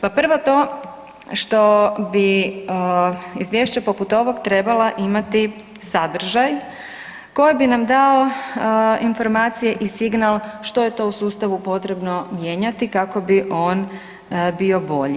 Pa prvo to što bi izvješće poput ovog trebala imati sadržaj koji bi nam dao informacije i signal što je to u sustavu potrebno mijenjati kako bi on bio bolji.